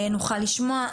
נוכל לשמוע.